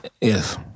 Yes